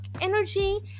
energy